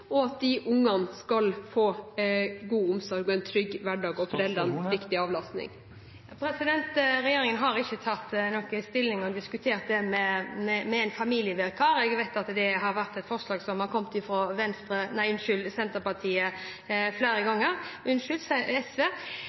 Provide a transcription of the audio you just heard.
– at de ungene skal få god omsorg og en trygg hverdag og foreldrene en viktig avlastning? Regjeringen har ikke tatt stilling til eller diskutert familievikarer. Jeg vet at det har vært et forslag som har kommet fra SV flere ganger.